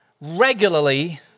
regularly